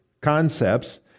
concepts